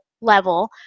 level